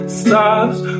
stops